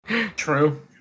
True